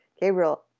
gabriel